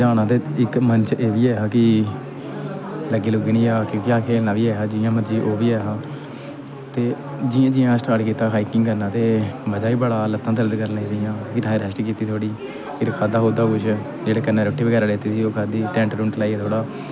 लग्गी लुग्गी नीं आ खेलना बी ऐ हा ते जियां जियां मर्जी असें स्टार्ट किता हाइकिंग करना मजा ही बड़ा आया लत्तां दर्द करना शुरू लगी पेइयां होन फिर आसें रेस्ट कित्ती थोह्ड़ी फिर खादा खुदा किश कन्नै रूट्टी बगैरा लेती दी ही खादी टैंट लाई लुइयै थोह्ड़ा